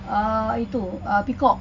ah itu peacock